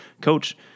Coach